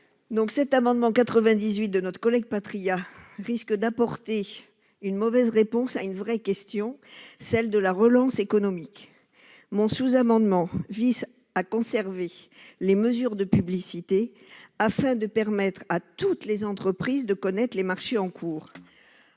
Laborde. L'amendement n° 98 risque d'apporter une mauvaise réponse à une vraie question, celle de la relance économique. Le présent sous-amendement vise donc à conserver les mesures de publicité, afin de permettre à toutes les entreprises de connaître les marchés en cours.